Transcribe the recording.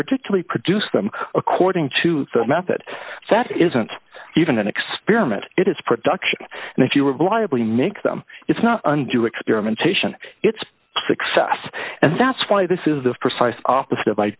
particularly produce them according to the method that isn't even an experiment it is production and if you were liable to make them it's not an do experimentation it's a success and that's why this is the precise opposite